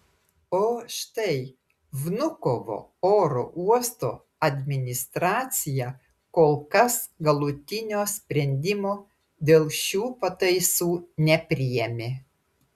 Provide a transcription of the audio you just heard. o štai vnukovo oro uosto administracija kol kas galutinio sprendimo dėl šių pataisų nepriėmė